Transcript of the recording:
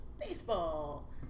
baseball